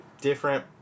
different